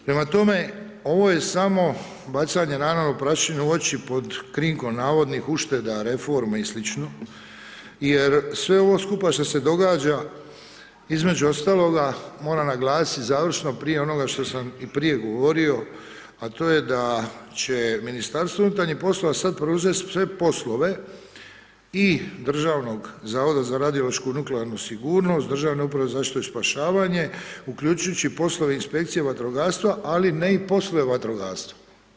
Prema tome, ovo je samo bacanje naravno prašine u oči pod krinkom navodnih ušteda, reforme i slično, jer sve ovo skupa što se događa, između ostaloga moram naglasiti završno, prije onoga što sam i prije govorio, a to je da će Ministarstvo unutarnjih poslova sad preuzeti sve poslove, i Državnog zavoda za radiološku i nuklearnu sigurnost, Državne uprave za zaštitu i spašavanje, uključujući i poslove inspekcije vatrogastva, ali ne i poslove vatrogastva.